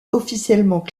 officiellement